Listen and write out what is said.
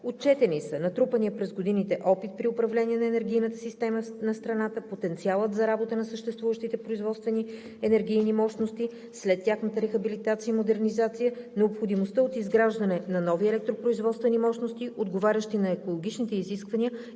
Отчетени са натрупаният през годините опит при управление на енергийната система на страната, потенциалът за работа на съществуващите производствени енергийни мощности след тяхната рехабилитация и модернизация, необходимостта от изграждане на нови електропроизводствени мощности, отговарящи на екологичните изисквания